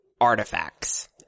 Artifacts